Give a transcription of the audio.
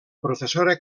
professora